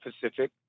Pacific